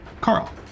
Carl